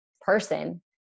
person